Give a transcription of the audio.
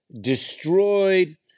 destroyed